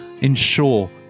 ensure